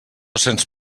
sense